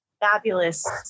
fabulous